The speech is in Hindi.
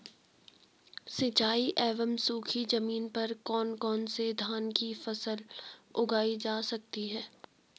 सिंचाई एवं सूखी जमीन पर कौन कौन से धान की फसल उगाई जा सकती है?